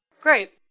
great